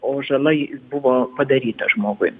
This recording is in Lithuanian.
o žala ji buvo padaryta žmogui